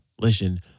listen